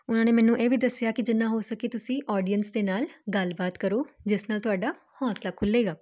ਉਹਨਾਂ ਨੇ ਮੈਨੂੰ ਇਹ ਵੀ ਦੱਸਿਆ ਕਿ ਜਿੰਨਾ ਹੋ ਸਕੇ ਤੁਸੀਂ ਆਡੀਅੰਸ ਦੇ ਨਾਲ ਗੱਲਬਾਤ ਕਰੋ ਜਿਸ ਨਾਲ ਤੁਹਾਡਾ ਹੌਂਸਲਾ ਖੁੱਲ੍ਹੇਗਾ